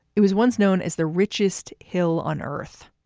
it was once known as the richest hill on earth.